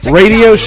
radio